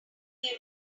give